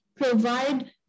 provide